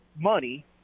money